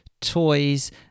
toys